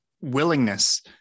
willingness